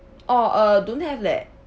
oh uh don't have leh